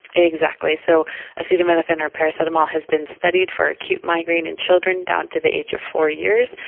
exactly. so acetaminophen or paracetamol has been studied for acute migraine in children down to the age of four years.